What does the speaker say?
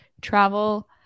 travel